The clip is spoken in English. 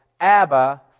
Abba